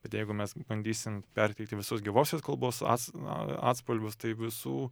bet jeigu mes bandysim perteikti visus gyvosios kalbos as atspalvius tai visų